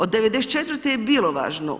Od 94.-e je bilo važno.